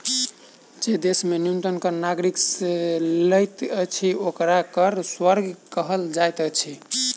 जे देश न्यूनतम कर नागरिक से लैत अछि, ओकरा कर स्वर्ग कहल जाइत अछि